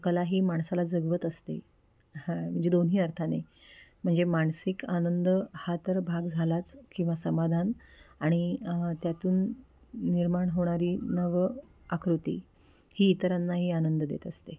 कला ही माणसाला जगवत असते हा म्हणजे दोन्ही अर्थाने म्हणजे मानसिक आनंद हा तर भाग झालाच किंवा समाधान आणि त्यातून निर्माण होणारी नव आकृती ही इतरांनाही आनंद देत असते